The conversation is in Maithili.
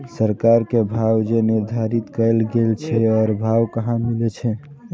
सरकार के भाव जे निर्धारित कायल गेल छै ओ भाव कहाँ मिले छै?